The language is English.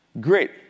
Great